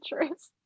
interests